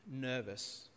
nervous